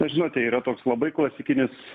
na žinote yra toks labai klasikinis